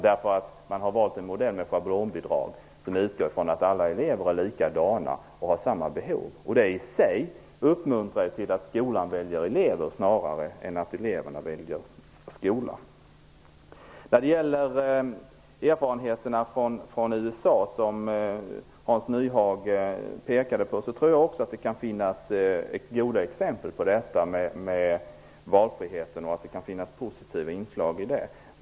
Man har valt en modell med schablonbidrag som utgår från att alla elever är likadana och har samma behov. Det uppmuntrar till att skolan väljer elever snarare än till att eleverna väljer skola. Vad gäller de erfarenheter från USA som Hans Nyhage pekade på tror också jag att det kan finnas inslag av goda effekter av en valfrihet.